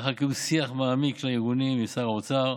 לאחר קיום שיח מעמיק של הארגונים עם שר האוצר,